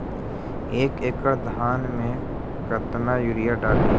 एक एकड़ धान मे कतना यूरिया डाली?